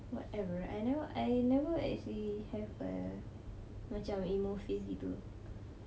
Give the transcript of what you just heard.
whatever I never I never actually have a macam emo face begitu